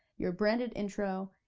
your branded intro,